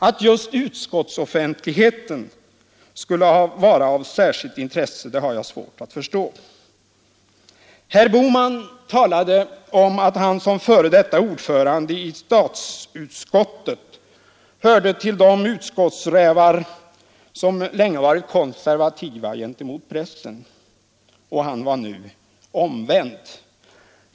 Att just utskottsoffentligheten skulle vara av särskilt stort intresse har jag svårt att förstå. Herr Bohman talade om att han som före detta ordförande i statsutskottet hörde till de ”utskottsrävar” som länge hade varit konservativa gentemot pressen, men att han nu var omvänd.